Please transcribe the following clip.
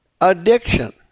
addiction